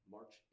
March